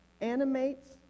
animates